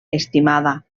estimada